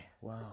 Wow